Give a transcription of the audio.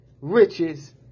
riches